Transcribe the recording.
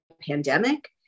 pandemic